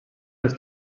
les